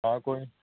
ਆ ਕੋਈ